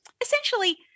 essentially